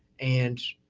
and,